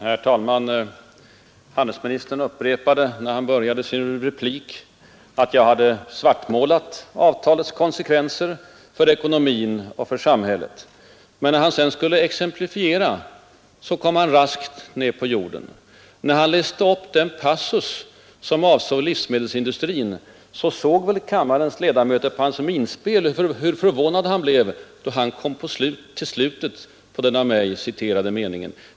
Herr talman! Handelsministern upprepade när han började sin replik att jag hade ”svartmålat” avtalets konsekvenser för den svenska ekono min och samhället. Men när han sedan skulle exemplifiera, kom han raskt ned på jorden. Då han läste upp min passus om livsmedelsindustrin såg säkert kammarens ledamöter på hans minspel hur förvånad han blev, då han kom till den sista meningen.